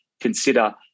consider